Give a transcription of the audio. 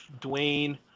Dwayne